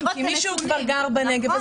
כי מישהו כבר גר בנגב,